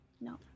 no